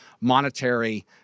monetary